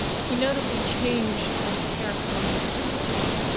he notably changed um the hair color of the women.